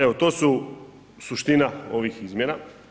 Evo, to su suština ovih izmjena.